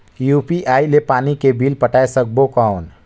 UPI ले पानी के बिल पटाय सकबो कौन?